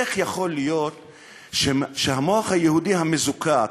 איך יכול להיות שהמוח היהודי המזוקק,